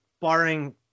barring